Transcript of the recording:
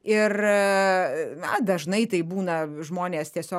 ir na dažnai tai būna žmonės tiesiog